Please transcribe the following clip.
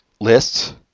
...lists